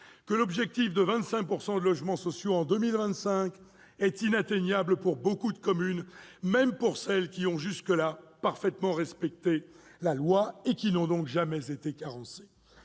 -que l'objectif de 25 % de logements sociaux en 2025 est inatteignable pour nombre de communes, même pour celles qui ont jusqu'ici parfaitement respecté la loi et n'ont donc jamais été carencées.